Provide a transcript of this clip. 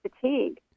fatigue